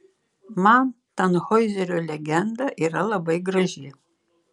man tanhoizerio legenda yra labai graži